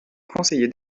conseillers